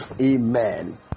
Amen